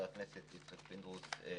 חה"כ יצחק פינדרוס,